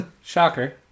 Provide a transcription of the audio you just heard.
Shocker